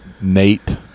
Nate